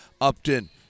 Upton